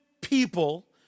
people